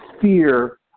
fear